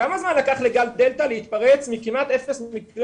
כמה זמן לקח לגל דלתא להתפרץ מכמעט אפס מקרים